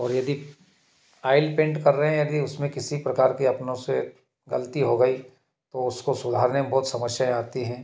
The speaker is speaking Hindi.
और यदि आयल पेंट कर रहे यदि उसमें किसी प्रकार कि अपने उससे गलती हो गई तो उसको सुधारे में बहुत समस्याएँ आती हैं